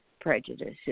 Prejudices